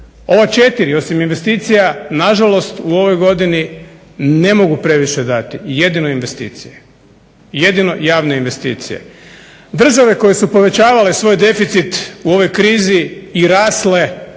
Ova četiri osim investicija nažalost u ovoj godini ne mogu previše dati, jedino investicije, jedino javne investicije. Države koje su povećavale svoj deficit u ovoj krizi i rasle